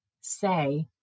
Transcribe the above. say